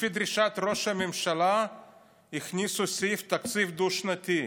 לפי דרישת ראש הממשלה הכניסו סעיף תקציב דו-שנתי.